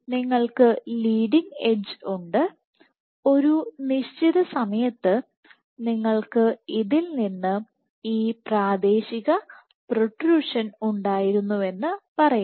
നിങ്ങൾക്ക് leading edge ഉണ്ട് ഒരു നിശ്ചിത സമയത്ത് നിങ്ങൾക്ക് ഇതിൽ നിന്ന് ഈ പ്രാദേശിക പ്രോട്രൂഷൻ ഉണ്ടായിരുന്നുവെന്ന് പറയാം